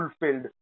fulfilled